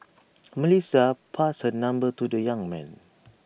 Melissa passed her number to the young man